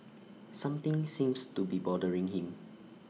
something seems to be bothering him